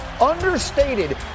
understated